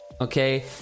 okay